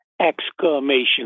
exclamation